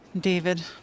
David